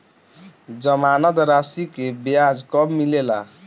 जमानद राशी के ब्याज कब मिले ला?